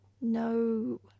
No